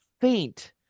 faint